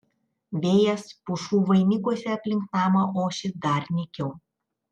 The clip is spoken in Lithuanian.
vėjas pušų vainikuose aplink namą ošė dar nykiau